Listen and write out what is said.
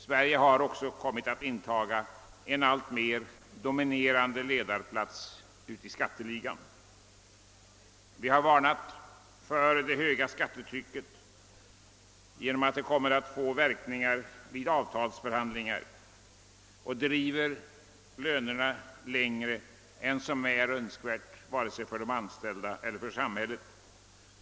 Sverige har kommit att inta en alltmer utpräglad ledarplats i skatteligan. Vi har varnat för det höga skattetrycket och sagt att det kommer att få verkningar vid avtalsförhandlingar och driva lönerna längre än vad som är önskvärt såväl för de anställda som för samhället.